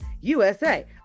USA